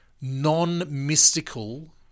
non-mystical